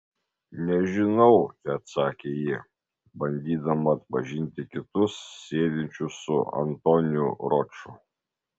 nežinau teatsakė ji bandydama atpažinti kitus sėdinčius su antoniu roču